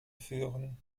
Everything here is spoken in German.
führen